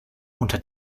unter